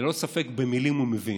ללא ספק, במילים הוא מבין,